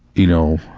you know,